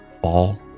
Fall